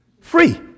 free